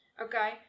Okay